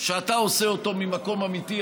שאתה עושה אותו ממקום אמיתי,